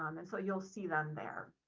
um and so you'll see them there.